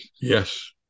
Yes